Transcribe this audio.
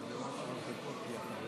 זה חוק ראוי,